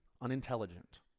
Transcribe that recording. unintelligent